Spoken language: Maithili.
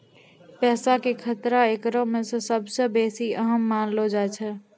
पैसा के खतरा एकरा मे सभ से बेसी अहम मानलो जाय छै